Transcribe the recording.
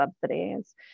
Subsidies